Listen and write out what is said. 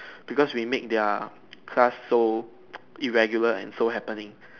because we make their class so irregular and so happening